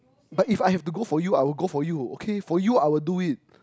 but if I have to go for you I will go for you okay for you I will do it